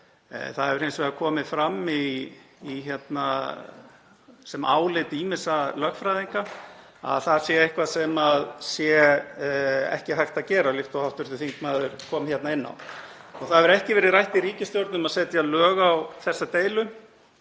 það hefur hins vegar komið fram sem álit ýmissa lögfræðinga að það sé eitthvað sem sé ekki hægt að gera, líkt og hv. þingmaður kom inn á. Það hefur ekki verið rætt í ríkisstjórn að setja lög á þessa deilu.